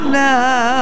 now